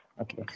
Okay